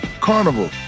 Carnival